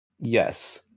yes